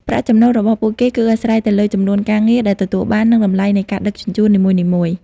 ប្រាក់ចំណូលរបស់ពួកគេ គឺអាស្រ័យទៅលើចំនួនការងារដែលទទួលបាន និងតម្លៃនៃការដឹកជញ្ជូននីមួយៗ។